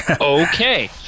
okay